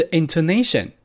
intonation